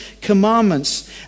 Commandments